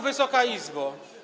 Wysoka Izbo!